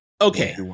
Okay